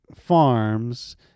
Farms